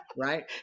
Right